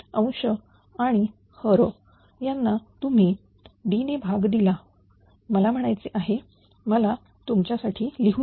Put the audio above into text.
अंश आणि हर यांना तुम्ही D ने भाग दिला मला म्हणायचे आहे मला तुमच्यासाठी लिहू दे